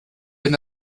wenn